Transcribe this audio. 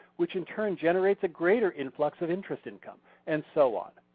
which in turn generates a greater influx of interest income and so on.